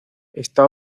está